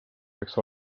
peaks